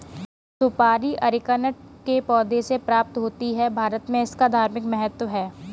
सुपारी अरीकानट के पौधों से प्राप्त होते हैं भारत में इसका धार्मिक महत्व है